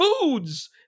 foods